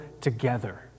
together